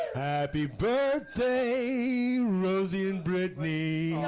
happy birthday rosie and brittany,